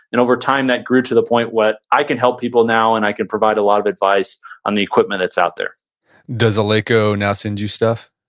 and over time, that grew to the point what i can help people now and i could provide a lot of advice on the equipment that's out there does eleiko now send you stuff?